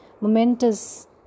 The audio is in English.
momentous